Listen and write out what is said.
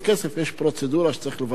יש פרוצדורה שצריך לבצע אותה.